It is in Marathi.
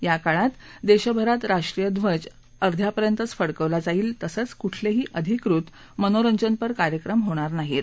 या काळात देशभरात राष्ट्रीय ध्वज अर्ध्यापर्यंतच फडकवला जाईल तसंच कुठलेही अधिकृत मनोरंजनपर कार्यक्रम होणार नाहीत